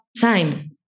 time